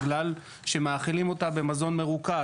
בגלל שמאכילים אותן במזון מרוכז,